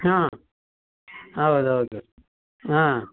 ಹಾಂ ಹೌದ್ ಹೌದು ಹಾಂ